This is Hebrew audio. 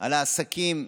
על העסקים,